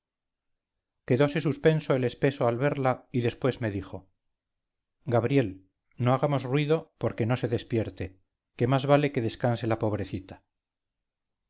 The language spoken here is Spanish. fervorosa oración quedose suspenso el espeso al verla y después me dijo gabriel no hagamos ruido porque no se despierte que más vale que descanse la pobrecita